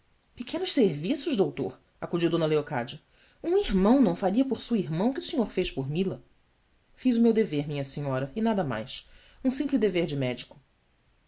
pequenos serviços doutor acudiu d leocádia um irmão não faria por sua irmã o que o senhor fez por ila iz o meu dever minha senhora e nada mais um simples dever de médico